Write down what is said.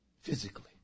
Physically